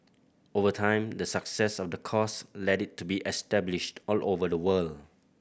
over time the success of the course led it to be established all over the world